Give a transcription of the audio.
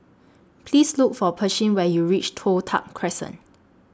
Please Look For Pershing when YOU REACH Toh Tuck Crescent